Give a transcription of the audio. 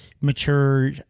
mature